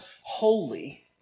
holy